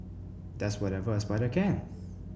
does whatever a spider can